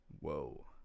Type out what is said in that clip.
Whoa